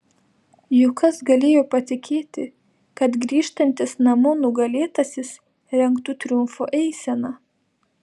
juk kas galėjo patikėti kad grįžtantis namo nugalėtasis rengtų triumfo eiseną